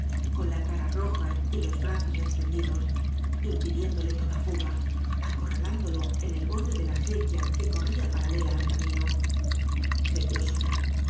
con la cara roja y los brazos extendidos impidiéndole toda fuga acorralándolo en el bor de de la acequia que corría paralela al camino creyó soñar